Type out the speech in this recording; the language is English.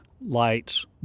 light's